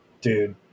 Dude